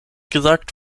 gesagt